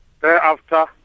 Thereafter